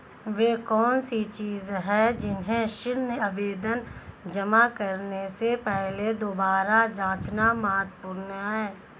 वे कौन सी चीजें हैं जिन्हें ऋण आवेदन जमा करने से पहले दोबारा जांचना महत्वपूर्ण है?